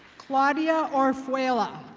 claudia orfwayla.